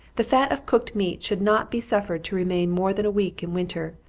the fat of cooked meat should not be suffered to remain more than a week in winter,